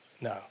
No